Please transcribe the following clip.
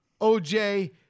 OJ